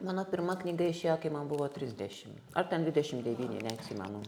mano pirma knyga išėjo kai man buvo trisdešim ar ten dvidešim devyni neatsimenu